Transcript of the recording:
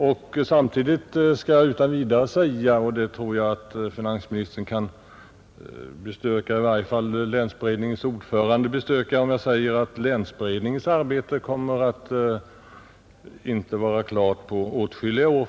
Samtidigt skall jag utan vidare säga att — och det tror jag att finansministern eller i varje fall länsberedningens ordförande kan bestyrka — länsberedningens arbete inte kommer att bli klart på åtskilliga år.